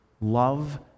love